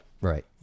Right